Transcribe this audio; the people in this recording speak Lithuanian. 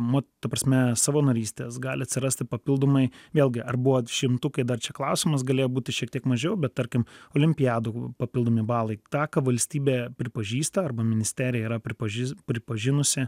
nu ta prasme savanorystės gali atsirasti papildomai vėlgi ar buvot šimtukai dar čia klausimas galėjo būti šiek tiek mažiau bet tarkim olimpiadų papildomi balai tą ką valstybė pripažįsta arba ministerija yra pripaži pripažinusi